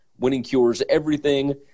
winningcureseverything